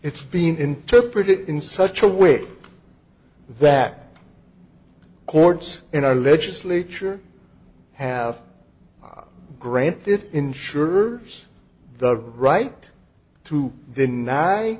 it's being interpreted in such a way that courts in our legislature have granted insures the right to deny